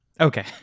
Okay